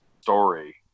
story